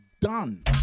done